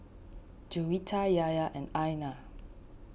Juwita Yahya and Aina